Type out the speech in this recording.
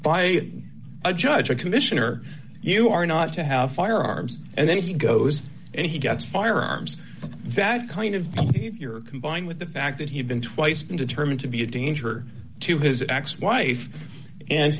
by a judge a commissioner you are not to have firearms and then he goes and he gets firearms that kind of your combined with the fact that he had been twice been determined to be a danger to his ex wife and